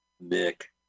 Nick